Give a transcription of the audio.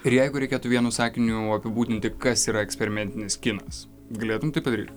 ir jeigu reikėtų vienu sakiniu apibūdinti kas yra eksperimentinis kinas galėtum tai padaryt